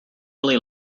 really